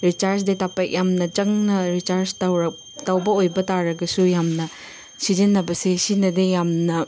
recharge data pack ꯌꯥꯝꯅ ꯆꯪꯅ recharge ꯇꯧꯕ ꯑꯣꯏꯕ ꯇꯥꯔꯒꯁꯨ ꯌꯥꯝꯅ ꯁꯤꯖꯤꯟꯅꯕꯁꯦ ꯁꯤꯅꯗꯤ ꯌꯥꯝꯅ